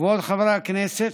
כבוד חברי הכנסת,